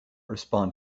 respond